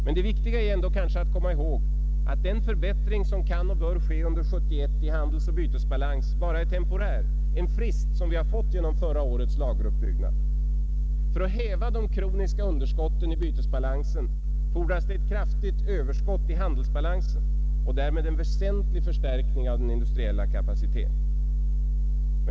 Men det viktiga är ändå kanske att komma ihåg att den förbättring som kan och bör ske 1971 i handelsoch bytesbalans bara är temporär, en frist som vi har fått genom förra årets lageruppbyggnad. För att häva de kroniska underskotten i bytesbalansen fordras ett kraftigt överskott i handelsbalansen och därmed en väsentlig förstärkning av den industriella kapaciteten.